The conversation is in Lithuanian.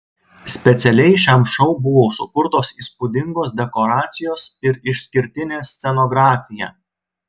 specialiai šiam šou buvo sukurtos įspūdingos dekoracijos ir išskirtinė scenografija